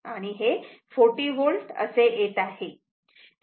तेव्हा हे 40 V असे येत आहे